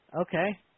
Okay